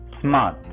smart